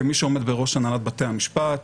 כמי שעומד בראש הנהלת בתי המשפט,